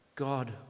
God